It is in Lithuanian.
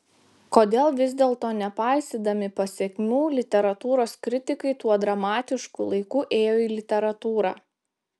kodėl vis dėlto nepaisydami pasekmių literatūros kritikai tuo dramatišku laiku ėjo į literatūrą